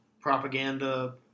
propaganda